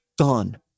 gone